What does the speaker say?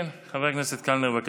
חבר הכנסת קלנר, בבקשה.